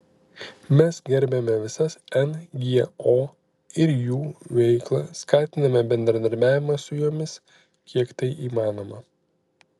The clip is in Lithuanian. mes gerbiame visas ngo ir jų veiklą skatiname bendradarbiavimą su jomis kiek tai įmanoma